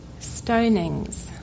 stonings